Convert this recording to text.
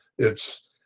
it's